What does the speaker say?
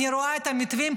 אני רואה את המתווים,